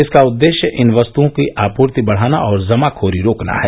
इसका उद्देश्य इन वस्तुओं की आपूर्ति बढाना और जमाखोरी रोकना है